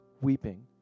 weeping